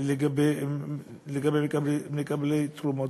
של אלה שצריכים לקבל תרומות.